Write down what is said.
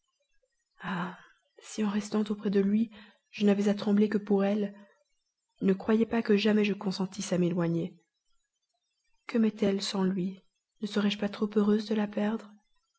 si en restant auprès de lui je n'avais à trembler que pour elle ne croyez pas que jamais je consentisse à m'éloigner que m'est-elle sans lui ne serais-je pas trop heureuse de la perdre